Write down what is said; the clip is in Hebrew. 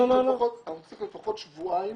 אנחנו צריכים לפחות שבועיים